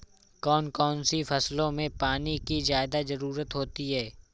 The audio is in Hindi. कौन कौन सी फसलों में पानी की ज्यादा ज़रुरत होती है?